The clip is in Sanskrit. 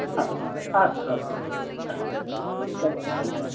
अस्तु आस्तु अस्तु अस्तु अस्तु दन् दन्यवाद दन्यवाद